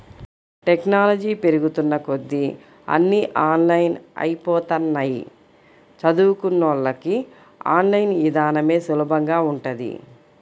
technology పెరుగుతున్న కొద్దీ అన్నీ ఆన్లైన్ అయ్యిపోతన్నయ్, చదువుకున్నోళ్ళకి ఆన్ లైన్ ఇదానమే సులభంగా ఉంటది